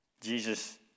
Jesus